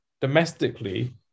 domestically